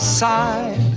side